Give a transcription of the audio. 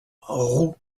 roux